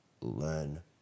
learn